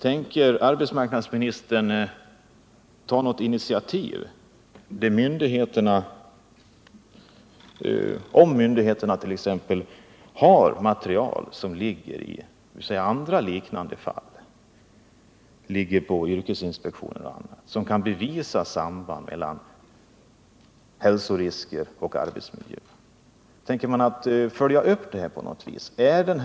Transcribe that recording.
Tänker arbetsmarknadsministern ta något initiativ som visar om myndigheterna, yrkesinspektionen och andra, i andra liknande fall har material som visar på sambandet mellan hälsorisker och arbetsmiljö? Tänker arbetsmarknadsministern följa upp det här på något sätt?